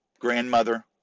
grandmother